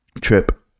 trip